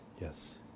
Yes